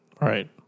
right